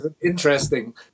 interesting